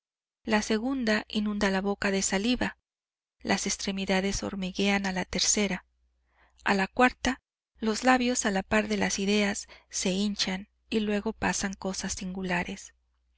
la segunda inunda la boca de saliva las extremidades hormiguean a la tercera a la cuarta los labios a la par de las ideas se hinchan y luego pasan cosas singulares